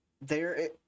there-